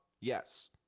yes